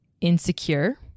insecure